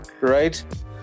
right